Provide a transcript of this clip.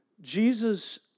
Jesus